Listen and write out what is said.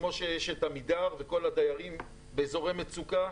כמו שיש את עמידר וכל הדיירים באזורי מצוקה,